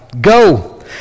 go